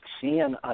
Seeing